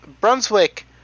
Brunswick